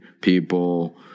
people